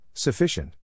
Sufficient